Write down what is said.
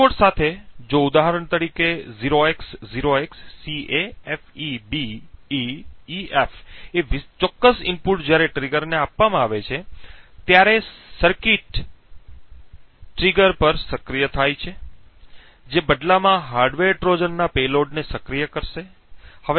cheat code સાથે જો ઉદાહરણ તરીકે 0x0XCAFEBEEF એ વિશિષ્ટ ઇનપુટ જ્યારે ટ્રિગરને આપવામાં આવે છે ત્યારે સર્કિટ ટ્રિગર સર્કિટ પર સક્રિય થાય છે જે બદલામાં હાર્ડવેર ટ્રોજનના પેલોડને સક્રિય કરશે